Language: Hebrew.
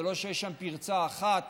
זה לא שיש שם פרצה אחת,